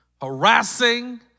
harassing